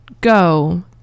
Go